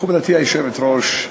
מכובדתי היושבת-ראש,